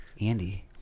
Andy